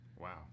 Wow